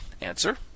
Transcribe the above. answer